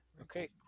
Okay